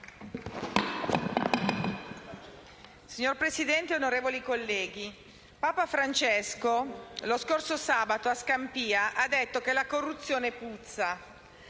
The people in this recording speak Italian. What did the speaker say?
Signor Presidente, onorevoli colleghi, Papa Francesco lo scorso sabato a Scampia ha detto che la corruzione puzza.